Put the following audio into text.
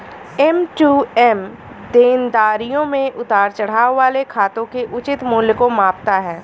M to M देनदारियों में उतार चढ़ाव वाले खातों के उचित मूल्य को मापता है